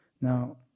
Now